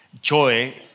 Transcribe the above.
joy